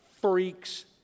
freaks